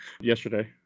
yesterday